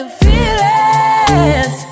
feelings